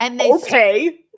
Okay